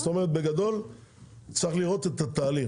זאת אומרת בגדול צריך לראות את התהליך.